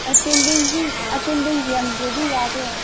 ꯑꯦꯇꯦꯟꯗꯦꯟꯁꯇꯤ attendance ꯌꯥꯝꯗ꯭ꯔꯗꯤ ꯌꯥꯗꯦ